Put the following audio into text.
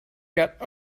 get